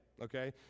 okay